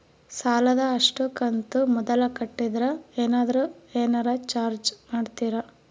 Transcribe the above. ಸಾಲದ ಅಷ್ಟು ಕಂತು ಮೊದಲ ಕಟ್ಟಿದ್ರ ಏನಾದರೂ ಏನರ ಚಾರ್ಜ್ ಮಾಡುತ್ತೇರಿ?